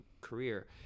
career